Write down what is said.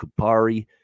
Kupari